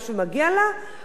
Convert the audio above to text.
הוא יצטרך לשלם על זה.